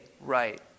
right